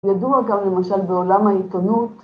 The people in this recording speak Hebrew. ‫ידוע גם, למשל, בעולם העיתונות.